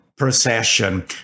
procession